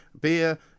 beer